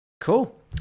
Cool